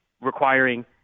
requiring